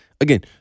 Again